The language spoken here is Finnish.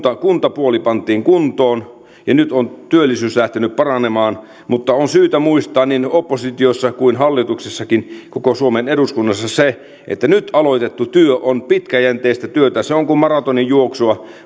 kuntapuoli pantiin kuntoon ja nyt on työllisyys lähtenyt paranemaan mutta on syytä muistaa niin oppositiossa kuin hallituksessakin koko suomen eduskunnassa se että nyt aloitettu työ on pitkäjänteistä työtä se on kuin maratonin juoksua